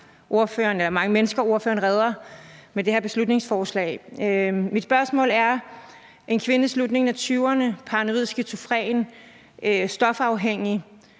mange mennesker ordføreren redder med det her beslutningsforslag, og jeg har et spørgsmål. En kvinde i slutningen af 20'erne, paranoid skizofren, stofafhængig